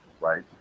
right